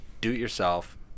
do-it-yourself